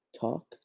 talk